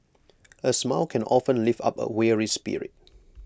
A smile can often lift up A weary spirit